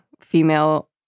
female